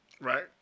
Right